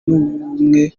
n’ubumwe